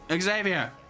Xavier